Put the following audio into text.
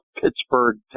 Pittsburgh